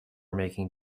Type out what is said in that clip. making